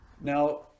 Now